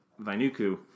Vainuku